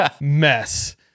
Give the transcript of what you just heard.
mess